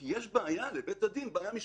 כי לבית הדין יש בעיה משפטית,